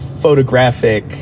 photographic